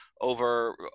over